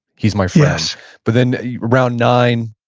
he's my friend yes but then around nine,